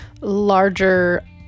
larger